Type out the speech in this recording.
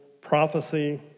prophecy